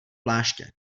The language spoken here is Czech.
pláště